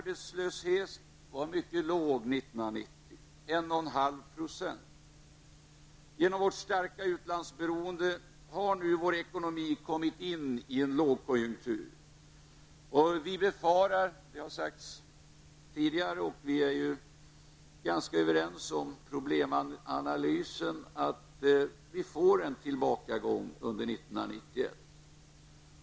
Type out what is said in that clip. På grund av vårt starka utlandsberoende har Sveriges ekonomi kommit in i en lågkonjunktur. Vi befarar -- vilket har sagts tidigare, och vi är överens om problemanalysen -- att det kommer att bli en tillbakagång under 1991.